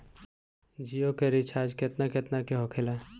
जियो के रिचार्ज केतना केतना के होखे ला?